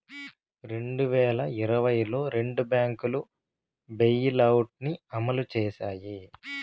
రెండు వేల ఇరవైలో రెండు బ్యాంకులు బెయిలౌట్ ని అమలు చేశాయి